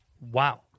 Wow